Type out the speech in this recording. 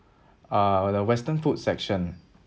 uh the western food section